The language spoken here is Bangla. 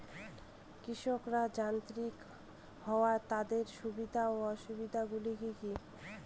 কৃষকরা যান্ত্রিক হওয়ার তাদের সুবিধা ও অসুবিধা গুলি কি কি?